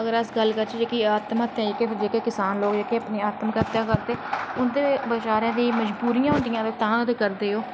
अगर अस गल्ल करचै जेह्का आत्म हत्या जेह्के किसान लोग अपनी आत्म हत्या करदे उंदी बेचारें दियां मजबूरियां होंदियां तां गै ते करदे ओह्